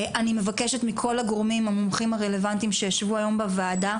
אני מבקשת מכל הגורמים המומחים הרלוונטיים שישבו היום בוועדה